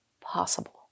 possible